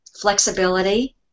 flexibility